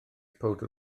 powdr